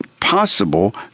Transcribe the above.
possible